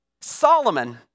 Solomon